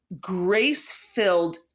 grace-filled